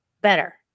better